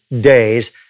days